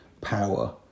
power